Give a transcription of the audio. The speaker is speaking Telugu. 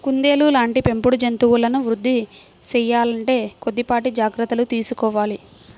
కుందేళ్ళ లాంటి పెంపుడు జంతువులను వృద్ధి సేయాలంటే కొద్దిపాటి జాగర్తలు తీసుకోవాలి